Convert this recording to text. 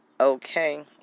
Okay